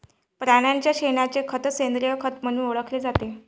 प्राण्यांच्या शेणाचे खत सेंद्रिय खत म्हणून ओळखले जाते